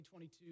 2022